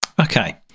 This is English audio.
okay